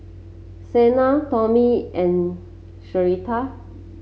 Sanai Tommy and Sharita